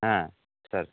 হ্যাঁ স্যার